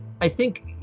i think